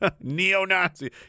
neo-nazi